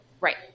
Right